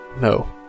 no